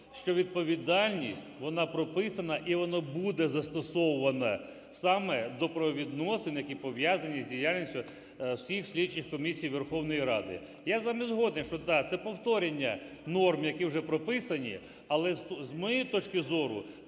що відповідальність, вона прописана і вона буде застосована саме до правовідносин, які пов'язані з діяльністю всіх слідчих комісій Верховної Ради. Я з вами згоден, що так, це повторення норм, які вже прописані. Але з моєї точки зору,